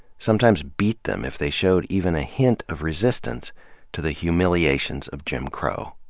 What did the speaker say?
sometimes beat them if they showed even a hint of resistance to the humiliations of jim crow.